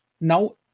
now